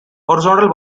horizontal